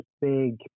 big